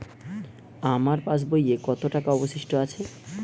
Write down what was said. আমার পাশ বইয়ে কতো টাকা অবশিষ্ট আছে?